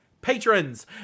patrons